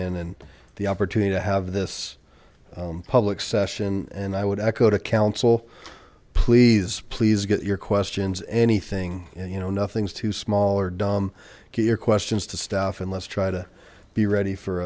in and the opportunity to have this public session and i would echo counsel please please get your questions anything you know nothing's too small or dumb get your questions to staff and let's try to be ready